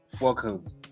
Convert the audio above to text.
Welcome